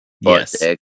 Yes